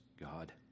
God